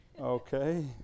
Okay